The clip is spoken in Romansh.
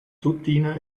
tuttina